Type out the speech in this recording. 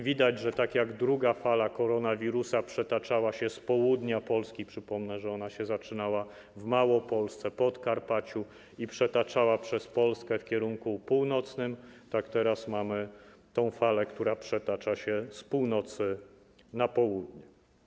Widać, że tak jak druga fala koronawirusa przetaczała się z południa - przypomnę, że ona się zaczynała w Małopolsce, na Podkarpaciu - przez Polskę w kierunku północnym, tak teraz mamy falę, która przetacza się z północy na południe.